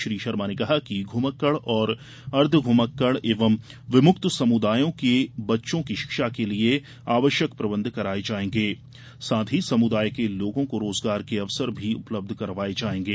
श्री शर्मा ने कहा कि घुमक्कड़ और अर्द्वध्मक्कड़ एवं विमुक्त समुदायों के बच्चों की शिक्षा के लिए आवश्यक प्रबंध कराए जाएंगे साथ ही समुदाय के लोगों को रोजगार के अवसर भी उपलब्ध कराये जायेंगे